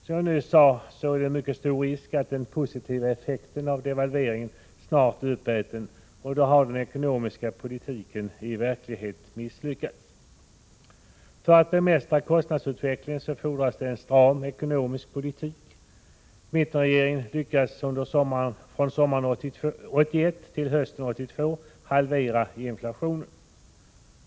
Som jag nyss sade är risken mycket stor att den positiva effekten av devalveringen snart är uppäten, och då har den ekonomiska politiken i verkligheten misslyckats. För att bemästra kostnadsutvecklingen fordras det en stram ekonomisk politik. Mittenregeringen lyckades halvera inflationen från sommaren 1981 till hösten 1982.